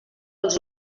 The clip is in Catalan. els